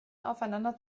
aufeinander